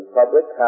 public